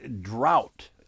drought